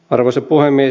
arvoisa puhemies